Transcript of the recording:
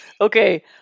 Okay